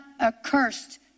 accursed